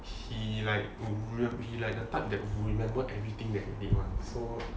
he like would remem~ he like the type that remember everything that we did one so